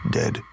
dead